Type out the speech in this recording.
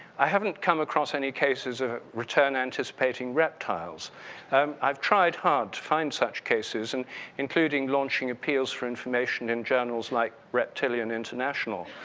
i haven't come across any cases of return anticipating reptiles. and um i've tried hard to find such cases and including launching appeals for information in journals like reptilian international.